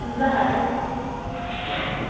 زٕ ہَتھ